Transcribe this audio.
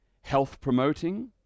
health-promoting